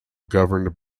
governed